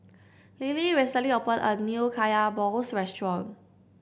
Lillie recently opened a new Kaya Balls restaurant